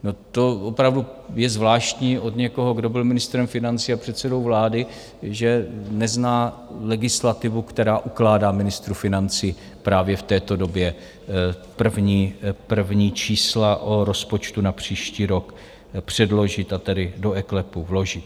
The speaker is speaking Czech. No to je opravdu zvláštní od někoho, kdo byl ministrem financí a předsedou vlády, že nezná legislativu, která ukládá ministru financí právě v této době první čísla o rozpočtu na příští rok předložit, a tedy do eKLEPu vložit.